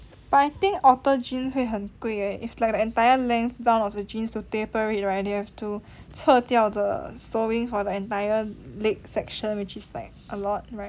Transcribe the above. but I think alter jeans 会很贵 leh is like the entire length down of the jeans to taper it right ya to 撤掉 the sewing for the entire leg section which is like a lot right